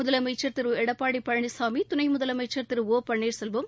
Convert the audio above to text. முதலமைச்சா் திரு எடப்பாடி பழனிசாமி துணை முதலமைச்சா் திரு ஒ பன்னீா்செல்வம்